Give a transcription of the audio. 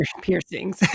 piercings